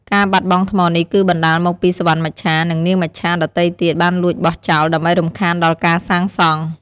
ការបាត់បង់ថ្មនេះគឺបណ្ដាលមកពីសុវណ្ណមច្ឆា និងនាងមច្ឆាដទៃទៀតបានលួចបោះចោល ដើម្បីរំខានដល់ការសាងសង់។